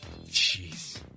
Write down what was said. Jeez